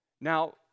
now